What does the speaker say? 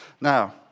Now